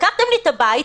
לקחתם לי את הבית,